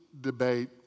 debate